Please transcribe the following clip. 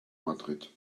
madrid